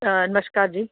ਨਮਸਕਾਰ ਜੀ